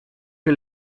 que